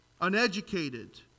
uneducated